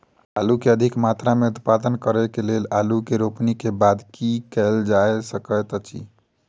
आलु अधिक मात्रा मे उत्पादन करऽ केँ लेल आलु केँ रोपनी केँ बाद की केँ कैल जाय सकैत अछि?